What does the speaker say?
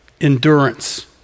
endurance